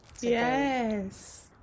Yes